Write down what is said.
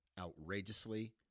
outrageously